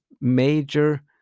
major